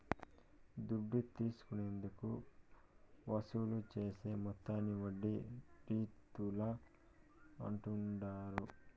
దుడ్డు తీసుకున్నందుకు వసూలు చేసే మొత్తాన్ని వడ్డీ రీతుల అంటాండారు